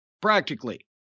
practically